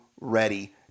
ready